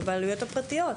בבעלויות הפרטיות,